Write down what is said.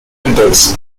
winters